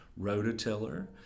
rototiller